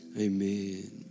Amen